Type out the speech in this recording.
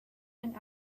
and